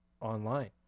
online